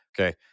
okay